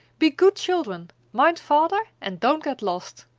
be good children mind father, and don't get lost,